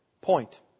point